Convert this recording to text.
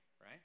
right